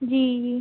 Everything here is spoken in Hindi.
जी जी